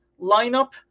lineup